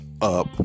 up